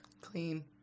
Clean